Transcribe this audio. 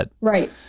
Right